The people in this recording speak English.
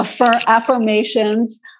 affirmations